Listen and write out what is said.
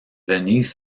venise